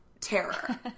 Terror